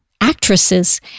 actresses